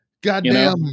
goddamn